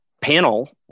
panel